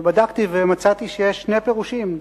אבל בדקתי ומצאתי שיש שני פירושים,